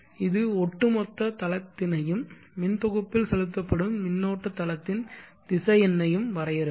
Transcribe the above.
இது ஒட்டுமொத்த தளத்தினையும் மின் தொகுப்பில் செலுத்தப்படும் மின்னோட்ட தளத்தின் திசையென்னையும் வரையறுக்கும்